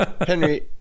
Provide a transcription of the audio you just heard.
Henry